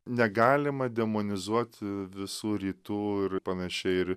negalima demonizuoti visų rytų ir panašiai ir